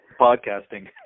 podcasting